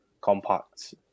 compact